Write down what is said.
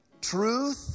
Truth